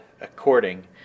according